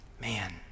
man